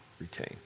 retain